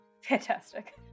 Fantastic